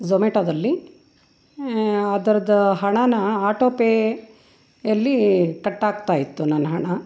ಝೊಮೇಟೋದಲ್ಲಿ ಅದರ್ದು ಹಣಾ ಆಟೋ ಪೇಯಲ್ಲಿ ಕಟ್ ಆಗ್ತಾ ಇತ್ತು ನನ್ನ ಹಣ